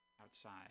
outside